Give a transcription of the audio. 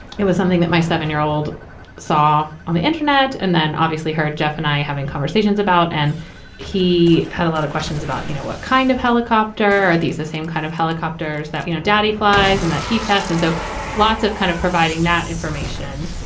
it was something that my seven year old saw on the internet and then obviously heard jeff and i having conversations about and he had a lot of questions about, you know, what kind of helicopter are these, the same kind of helicopters that, you know, daddy flies and that he tests. and so lots of kind of providing that information.